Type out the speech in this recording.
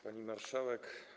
Pani Marszałek!